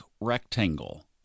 rectangle